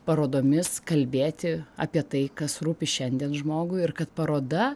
parodomis kalbėti apie tai kas rūpi šiandien žmogui ir kad paroda